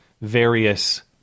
various